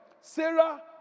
Sarah